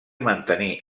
mantenir